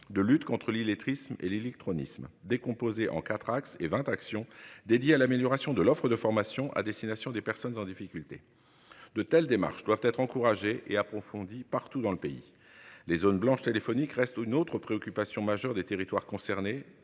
de lutte contre l'illettrisme et l'électronicien décomposé en 4 axes et 20. Dédié à l'amélioration de l'offre de formation à destination des personnes en difficulté. De telles démarches doivent être encouragées et approfondie partout dans le pays. Les zones blanches téléphonique reste une autre préoccupation majeure des territoires concernés,